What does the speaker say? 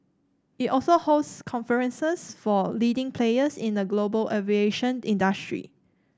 it also hosts conferences for leading players in the global aviation industry